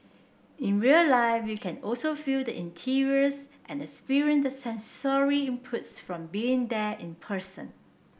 in real life you can also feel the interiors and experience the sensory inputs from being there in person